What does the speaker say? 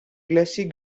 glacier